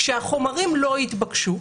כשהחומרים לא התבקשו,